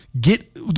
get